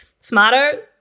smarter